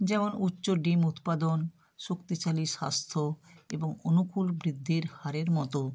যেমন উচ্চ ডিম উৎপাদন শক্তিশালী স্বাস্থ্য এবং অনুকূল বৃদ্ধির হারের মতো